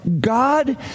God